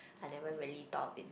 I never really thought of it